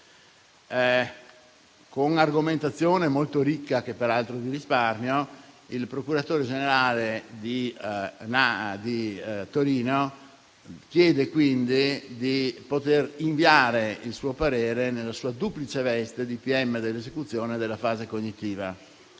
Con un'argomentazione molto ricca - che peraltro vi risparmio - il procuratore generale di Torino chiede, quindi, di poter inviare il suo parere nella sua duplice veste di pm dell'esecuzione e della fase cognitiva.